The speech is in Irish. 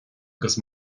agus